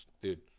dude